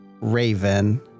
raven